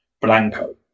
Blanco